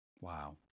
Wow